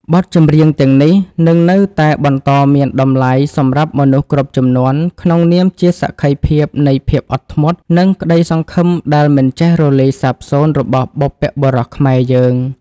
បទចម្រៀងទាំងនេះនឹងនៅតែបន្តមានតម្លៃសម្រាប់មនុស្សគ្រប់ជំនាន់ ក្នុងនាមជាសក្ខីភាពនៃភាពអត់ធ្មត់ និងក្តីសង្ឃឹមដែលមិនចេះរលាយសាបសូន្យរបស់បុព្វបុរសខ្មែរយើង។